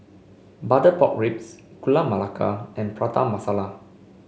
Butter Pork Ribs Gula Melaka and Prata Masala